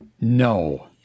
No